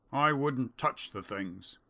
i wouldn't touch the things.